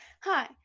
Hi